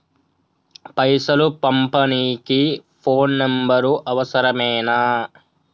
పైసలు పంపనీకి phone number అవసరమేనా?